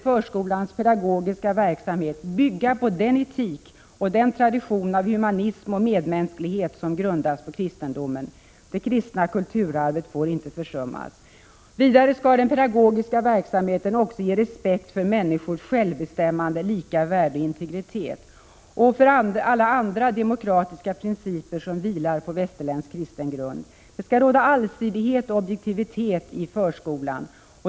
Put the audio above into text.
Förskolans pedagogiska verksamhet måste därför bygga på den etik och den tradition av humanism och medmänsklighet som grundas på kristendomen. Det kristna kulturarvet får inte försummas. Vidare skall den pedagogiska verksamheten också ge respekt för människors självbestämmande, lika värde och integritet liksom för alla andra demokratiska principer som vilar på västerländsk kristen grund. Det skall råda allsidighet och objektivitet i förskolan.